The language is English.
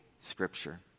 scripture